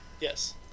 Yes